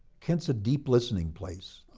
can so a deep listening place,